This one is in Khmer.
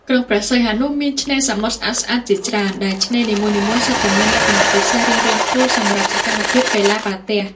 ក្រុងព្រះសីហនុមានឆ្នេរសមុទ្រស្អាតៗជាច្រើន ដែលឆ្នេរនីមួយៗសុទ្ធតែមានលក្ខណៈពិសេសរៀងៗខ្លួនសម្រាប់សកម្មភាពកីឡាបាល់ទះ។